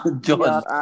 John